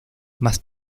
más